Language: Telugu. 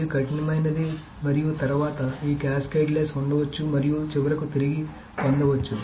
మరియు కఠినమైనది మరియు తరువాత ఈ క్యాస్కేడ్లెస్ ఉండవచ్చు మరియు చివరకు తిరిగి పొందవచ్చు